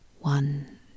one